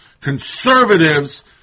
conservatives